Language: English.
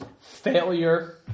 Failure